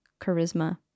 charisma